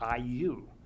iu